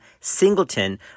singleton